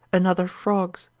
another frogs.